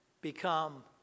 become